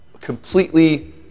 completely